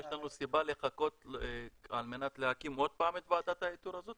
יש לנו סיבה לחכות על מנת להקים עוד פעם את ועדת האיתור הזאת?